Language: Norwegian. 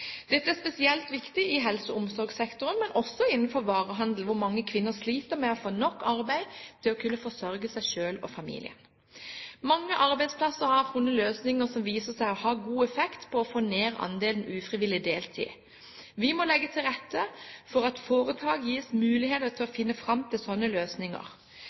Dette er spesielt viktig i helse- og omsorgssektoren, men også innenfor varehandel, hvor mange kvinner sliter med å få nok arbeid til å kunne forsørge seg selv og familien. Mange arbeidsplasser har funnet løsninger som viser seg å ha god effekt for å få ned andelen ufrivillig deltid. Vi må legge til rette for at foretak gis muligheter til å finne fram til slike løsninger.